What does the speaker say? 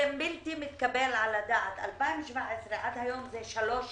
זה בלתי מתקבל על הדעת מ-2017 ועד היום זה שלוש שנים.